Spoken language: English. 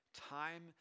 Time